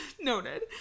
noted